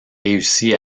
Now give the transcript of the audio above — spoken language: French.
réussi